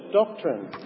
doctrine